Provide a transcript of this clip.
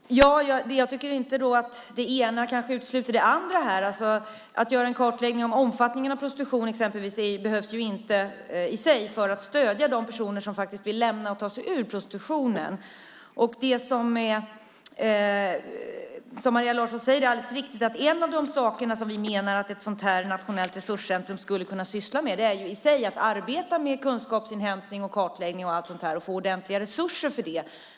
Herr talman! Jag tycker kanske inte att det ena utesluter det andra här. En kartläggning av omfattningen av prostitutionen, exempelvis, behövs ju inte för att man ska kunna stödja de personer som faktiskt vill lämna och ta sig ur prostitutionen. Som Maria Larsson säger är det alldeles riktigt att vi menar att ett sådant här nationellt resurscentrum bland annat skulle kunna syssla med kunskapsinhämtning och kartläggning och allt sådant här. Det handlar också om att de ska få ordentliga resurser för det.